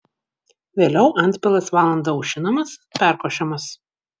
vėliau antpilas valandą aušinamas perkošiamas